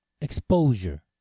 Exposure